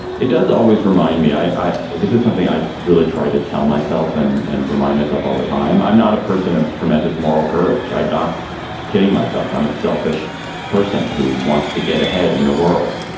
it does always remind me i. this is something i really tried to tell myself and and remind myself all the time. i'm not a person of tremendous moral courage. i'm not kidding myself. i'm a selfish person who wants to get ahead in the world.